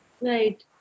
Right